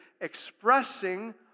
expressing